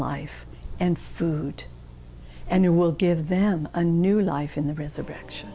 life and food and it will give them a new life in the resurrection